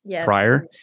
prior